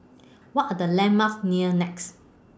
What Are The landmarks near Nex